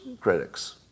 critics